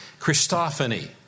Christophany